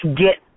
get